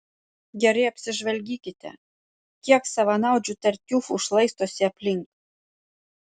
gerai apsižvalgykite kiek savanaudžių tartiufų šlaistosi aplink